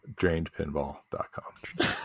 Drainedpinball.com